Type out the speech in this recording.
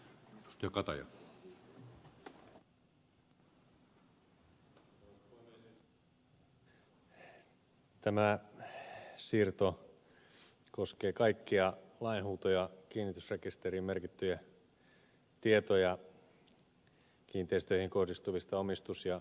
tämä siirto koskee kaikkia lainhuuto ja kiinnitysrekisteriin merkittyjä tietoja kiinteistöihin kohdistuvista omistus ja vakuusoikeuksista